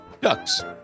ducks